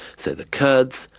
so the kurds,